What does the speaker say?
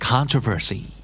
Controversy